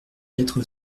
quatre